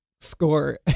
score